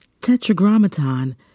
Tetragrammaton